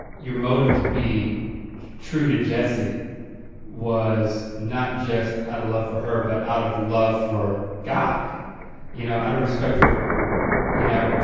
motive to be true to jesse was not just out of love for her but out of love for god you know, out of respect for you know.